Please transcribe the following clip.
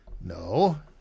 No